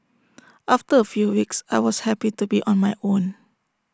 after A few weeks I was happy to be on my own